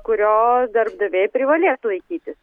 kurio darbdaviai privalės laikytis